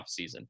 offseason